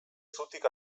zutik